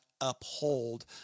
uphold